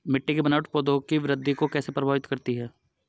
मिट्टी की बनावट पौधों की वृद्धि को कैसे प्रभावित करती है?